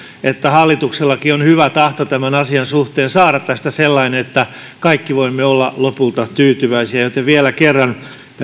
että hallituksellakin on hyvä tahto tämän asian suhteen saada tästä sellainen että kaikki voimme olla lopulta tyytyväisiä joten vielä kerran